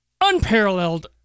Unparalleled